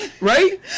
right